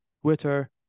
Twitter